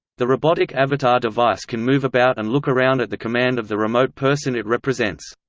the robotic avatar device can move about and look around at the command of the remote person it represents.